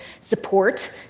support